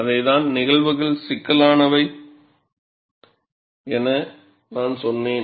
அதைத்தான் நிகழ்வுகள் சிக்கலானவை என நான் சொன்னேன்